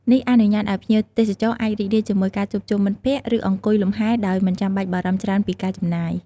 នេះអនុញ្ញាតឲ្យភ្ញៀវទេសចរអាចរីករាយជាមួយការជួបជុំមិត្តភក្តិ ឬអង្គុយលំហែដោយមិនចាំបាច់បារម្ភច្រើនពីការចំណាយ។